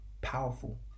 powerful